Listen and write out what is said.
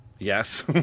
Yes